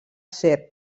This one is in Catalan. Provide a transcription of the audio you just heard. serp